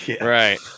Right